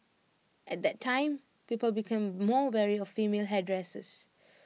at that time people became more wary of female hairdressers